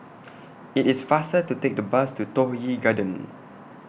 IT IS faster to Take The Bus to Toh Yi Garden